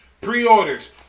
Pre-orders